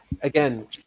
Again